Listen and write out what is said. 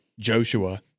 Joshua